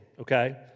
okay